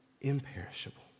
imperishable